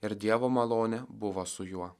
ir dievo malonė buvo su juo